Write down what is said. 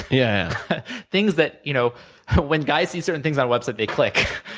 yeah things that you know when guys see certain things on website, they click.